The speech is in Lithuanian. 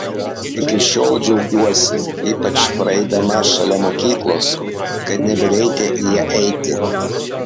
iki šiol džiaugiuosi ypač praeidama šalia mokyklos kad nebereikia į ją eiti